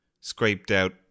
scraped-out